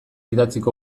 idatziko